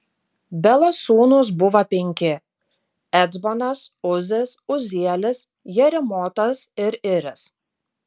belos sūnūs buvo penki ecbonas uzis uzielis jerimotas ir iris